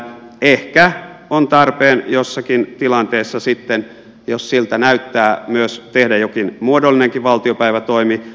ehkä on tarpeen jossakin tilanteessa sitten jos siltä näyttää myös tehdä jokin muodollinenkin valtiopäivätoimi